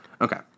Okay